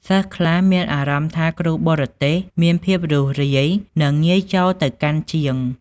សិស្សខ្លះមានអារម្មណ៍ថាគ្រូបរទេសមានភាពរួសរាយ និងងាយចូលទៅកាន់ជាង។